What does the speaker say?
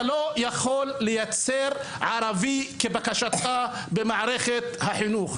אתה לא יכול לייצר ערבי כבקשתך במערכת החינוך.